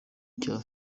cya